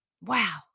Wow